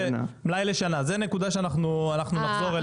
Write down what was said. זה נקודה שאנחנו נחזור אליה.